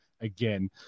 again